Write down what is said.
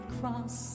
cross